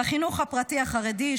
החינוך הפרטי החרדי,